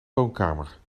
woonkamer